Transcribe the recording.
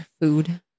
food